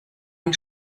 ein